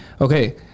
Okay